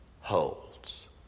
holds